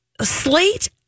Slate